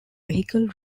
vehicle